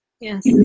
Yes